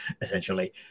essentially